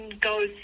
goes